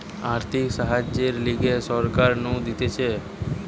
আর্থিক সাহায্যের লিগে সরকার নু দিতেছে